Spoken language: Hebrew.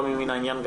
הוא לא ממן העניין.